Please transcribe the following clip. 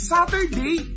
Saturday